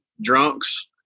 Drunks